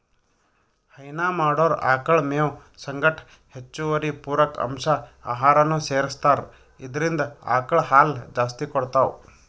ಹೈನಾ ಮಾಡೊರ್ ಆಕಳ್ ಮೇವ್ ಸಂಗಟ್ ಹೆಚ್ಚುವರಿ ಪೂರಕ ಅಂಶ್ ಆಹಾರನೂ ಸೆರಸ್ತಾರ್ ಇದ್ರಿಂದ್ ಆಕಳ್ ಹಾಲ್ ಜಾಸ್ತಿ ಕೊಡ್ತಾವ್